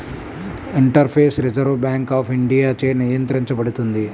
interface reserve bank of ఇండియాచే నియంత్రించబడుతుంది